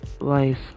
life